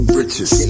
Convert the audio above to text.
riches